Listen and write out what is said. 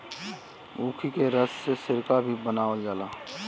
ऊखी के रस से सिरका भी बनावल जाला